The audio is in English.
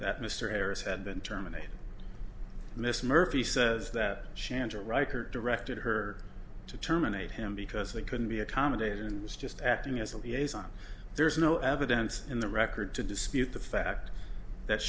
that mr harris had been terminated miss murphy says that shantel riker directed her to terminate him because they couldn't be accommodated and was just acting as a liaison there is no evidence in the record to dispute the fact that